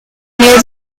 near